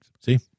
See